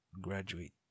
graduate